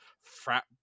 frat